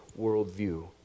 worldview